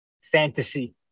fantasy